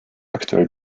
aktuell